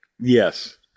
Yes